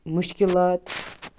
مُشکِلات